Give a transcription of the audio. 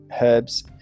herbs